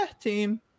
team